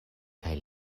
kaj